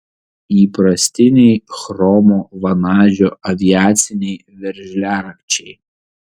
įprastiniai chromo vanadžio aviaciniai veržliarakčiai